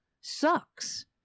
sucks